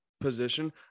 position